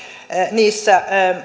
niissä